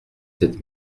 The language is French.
sept